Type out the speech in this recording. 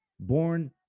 born